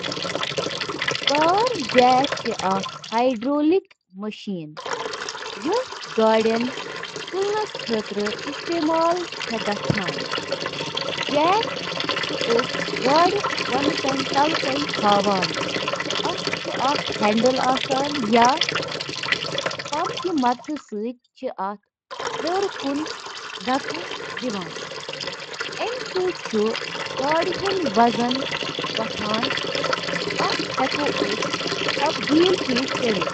اکھ vacuum cleaner, یتھ صرف ویکیوم تہٕ ونان چِھ، چُھ اکھ یُتھ آلہ یُس قالینن تہٕ سخت فرشو پیٹھ گندگی تہٕ باقی ملبہٕ ہٹاونہٕ خاطرٕ سکشن تہٕ اکثر تحریک ہنٛد استعمال چُھ کران۔ ویکیوم کلینر، یِم گَرَن سۭتۍ سۭتۍ تجٲرتی ترتیبن منٛز تہِ استعمال چھِ یِوان کرنہٕ۔